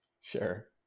sure